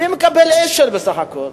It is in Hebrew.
מי מקבל אש"ל, בסך הכול?